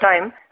time